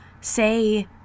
say